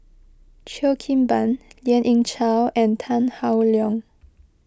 Cheo Kim Ban Lien Ying Chow and Tan Howe Liang